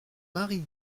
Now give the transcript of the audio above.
marie